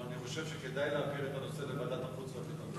אבל אני חושב שכדאי להעביר את הנושא לוועדת החוץ והביטחון.